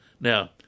Now